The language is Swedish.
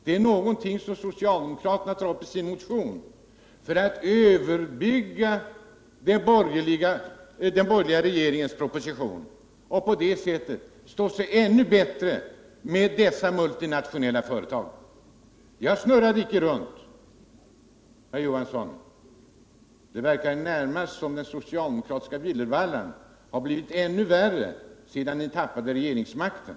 Det är någonting som socialdemokraterna tagit upp i sin motion för att överbjuda den borgerliga regeringen och på det sättet hålla sig ännu mera väl med de multinationella skogsindustriföretagen. Jag snurrade inte runt, herr Johansson. Det verkar närmast som om den socialdemokratiska villervallan har blivit ännu värre sedan ni tappade regeringsmakten.